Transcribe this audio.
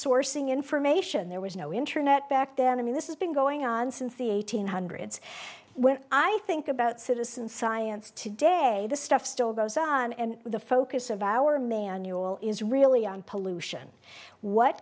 crowdsourcing information there was no internet back then i mean this is been going on since the eighteen hundreds when i think about citizen science today the stuff still goes on and the focus of our manual is really on pollution what